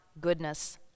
goodness